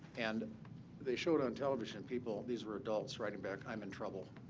and they showed on television people these were adults writing back i'm in trouble,